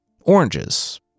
Oranges